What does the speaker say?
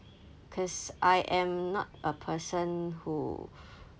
cause I am not a person who